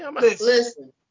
Listen